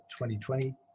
2020